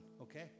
okay